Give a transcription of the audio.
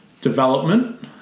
development